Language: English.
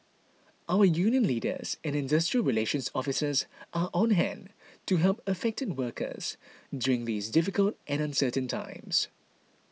our union leaders and industrial relations officers are on hand to help affected workers during these difficult and uncertain times